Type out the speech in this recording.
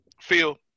Phil